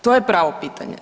To je pravo pitanje.